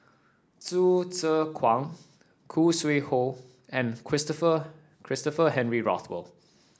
Hsu Tse Kwang Khoo Sui Hoe and Christopher Christopher Henry Rothwell